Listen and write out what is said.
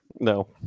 No